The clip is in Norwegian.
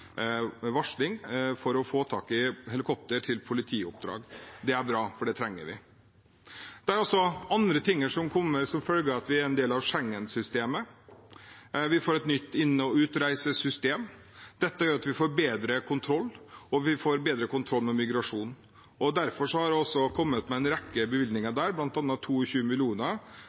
varsel for å få tak i helikopter til politioppdrag. Det er bra, for det trenger vi. Det er også andre ting som kommer som følge av at vi er en del av Schengen-systemet. Vi får et nytt inn- og utreisesystem. Dette gjør at vi får bedre kontroll, og vi får bedre kontroll med migrasjonen. Derfor har jeg også kommet med en rekke bevilgninger der,